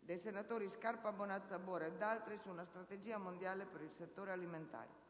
dal senatore Scarpa Bonazza Buora e da altri senatori, su una strategia mondiale per il settore alimentare.